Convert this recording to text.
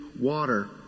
water